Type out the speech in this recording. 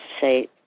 say